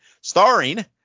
starring